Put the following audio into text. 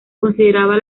consideraba